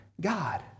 God